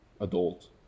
adult